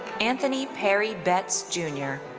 anthony perry betts jr.